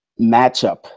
matchup